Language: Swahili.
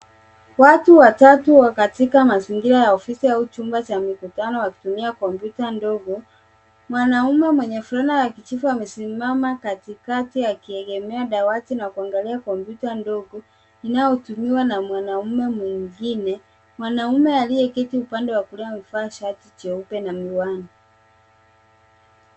Watu wawili wakiwa kwenye chumba cha ofisi, wanatumia kompyuta ndogo. Wanaume hao wamesimama au wameketi kando ya dawati, wakishughulikia kompyuta zao. Kwenye upande wa kulia, mtu mwingine ameweka mpando wake akifuatilia mazungumzo au kazi kwenye skrini